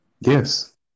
Yes